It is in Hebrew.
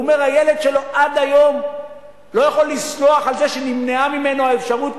הוא אומר שהילד שלו עד היום לא יכול לסלוח על זה שנמנעה ממנו האפשרות,